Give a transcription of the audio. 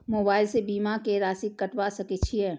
Mobile से बीमा के राशि कटवा सके छिऐ?